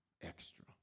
extra